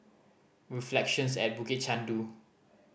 Reflections at Bukit Chandu